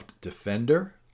Defender